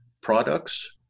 products